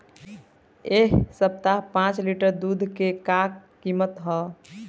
एह सप्ताह पाँच लीटर दुध के का किमत ह?